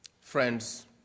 Friends